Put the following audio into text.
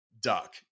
duck